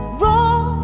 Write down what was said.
wrong